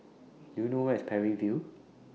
Do YOU know Where IS Parry View